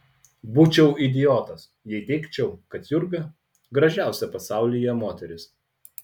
būčiau idiotas jei teigčiau kad jurga gražiausia pasaulyje moteris